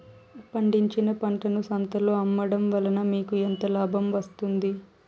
పండించిన పంటను సంతలలో అమ్మడం వలన మీకు ఎంత లాభం వస్తుంది?